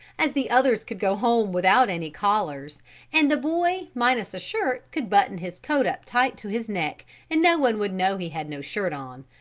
as the others could go home without any collars and the boy minus a shirt could button his coat up tight to his neck and no one would know he had no shirt on.